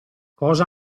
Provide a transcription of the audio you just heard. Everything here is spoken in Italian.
cosa